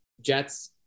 jets